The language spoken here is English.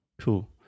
Cool